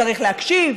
צריך להקשיב,